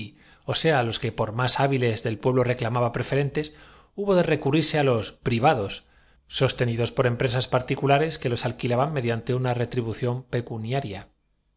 ó sean los que por más hábiles el pueblo i sabéisargüyóque las leyes lo prohiben reclama preferentemente hubo de recurrirse á los entiende túrepuso el tribuno que llevaba la voz privados sostenidos por empresas particulares que los que si se enerva el pueblo en la molicie el día de la alquilaban mediante una retribución pecuniaria